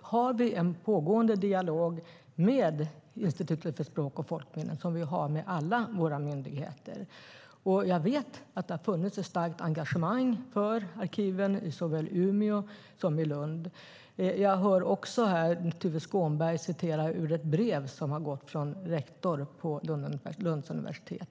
har vi en pågående dialog med Institutet för språk och folkminnen, som vi har med alla våra myndigheter. Jag vet att det har funnits ett starkt engagemang för arkiven i såväl Umeå som Lund. Jag hör också Tuve Skånberg här ta upp ett brev som har gått från rektor från Lunds universitet.